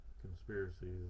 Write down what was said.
conspiracies